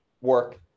work